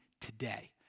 today